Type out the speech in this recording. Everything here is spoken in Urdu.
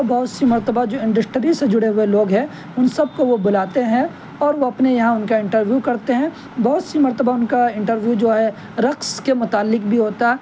بہت سی مرتبہ جو انڈسٹری سے جڑے ہوئے لوگ ہیں ان سب کو وہ بلاتے ہیں اور وہ اپنے یہاں ان کا انٹرویو کرتے ہیں بہت سی مرتبہ ان کا انٹرویو جو ہے رقص کے متعلق بھی ہوتا